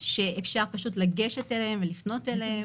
אפשר פשוט לגשת ולפנות אליהן.